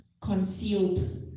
Concealed